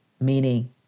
meaning